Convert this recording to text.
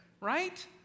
Right